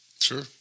Sure